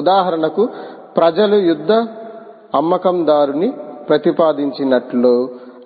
ఉదాహరణకు ప్రజలు యుద్ధ అమ్మకందారుని ప్రతిపాదించినట్లు